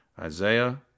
Isaiah